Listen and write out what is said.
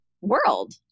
world